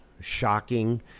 shocking